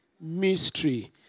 mystery